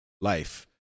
life